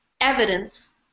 evidence